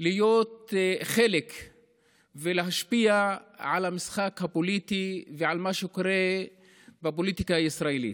להיות חלק ולהשפיע על המשחק הפוליטי ועל מה שקורה בפוליטיקה הישראלית.